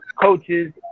coaches